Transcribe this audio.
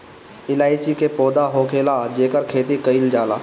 इलायची के पौधा होखेला जेकर खेती कईल जाला